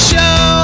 Show